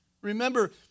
Remember